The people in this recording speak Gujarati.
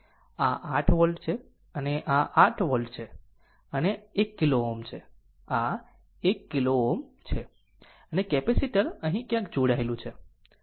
આ 8 વોલ્ટ છે અને આ 8 વોલ્ટ છે અને આ 1 કિલો Ω છે આ 1 કિલો Ω છે અને કેપેસિટર અહીં ક્યાંક જોડાયેલું છે